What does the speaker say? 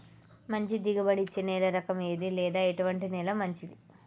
మంచి దిగుబడి ఇచ్చే నేల రకం ఏది లేదా ఎటువంటి నేల మంచిది?